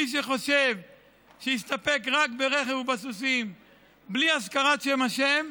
מי שחושב שיסתפק רק ברכב ובסוסים בלי הזכרת שם ה'